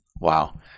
Wow